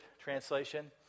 translation